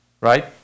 right